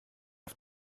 auf